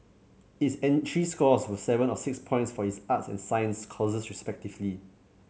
its entry scores were seven and six points for its arts and science courses respectively